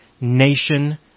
nation